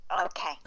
okay